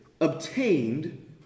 obtained